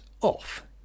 off